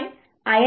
5 5